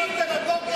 זו דמגוגיה זולה.